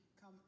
come